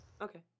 Okay